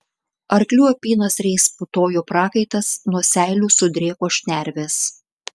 arklių apynasriais putojo prakaitas nuo seilių sudrėko šnervės